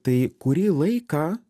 tai kurį laiką